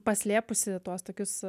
paslėpusi tuos tokius